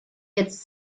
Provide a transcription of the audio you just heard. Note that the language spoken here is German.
jetzt